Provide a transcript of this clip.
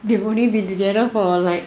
they've only been together for like